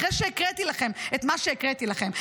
אחרי שהקראתי לכם את מה שהקראתי לכם,